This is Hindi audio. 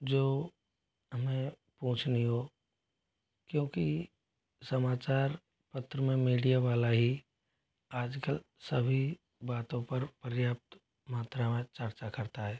जो हमें पूछनी हो क्योंकि समाचार पत्र में मीडिया वाले ही आज कल सभी बातों पर पर्याप्त मात्रा में चर्चा करता हैं